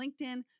LinkedIn